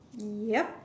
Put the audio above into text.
yup